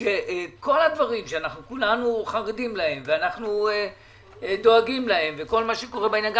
כאשר כל הדברים שכולנו חרדים להם ודואגים להם אין להם מענה,